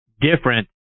different